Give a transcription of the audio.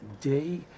day